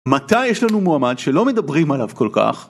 מתי יש לנו מועמד שלא מדברים עליו כל כך?